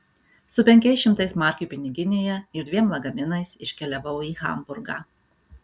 su penkiais šimtais markių piniginėje ir dviem lagaminais iškeliavau į hamburgą